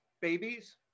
babies